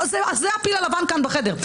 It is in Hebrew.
זה הפיל הלבן כאן בחדר.